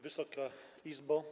Wysoka Izbo!